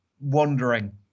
wandering